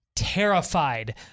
terrified